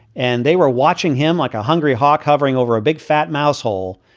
and they were watching him like a hungry hawk hovering over a big fat mousehole,